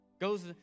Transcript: Goes